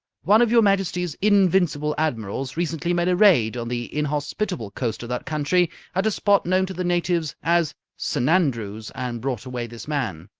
one of your majesty's invincible admirals recently made a raid on the inhospitable coast of that country at a spot known to the natives as s'nandrews and brought away this man.